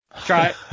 Try